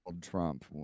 Trump